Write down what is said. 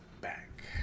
back